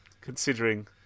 considering